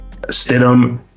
Stidham